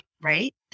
Right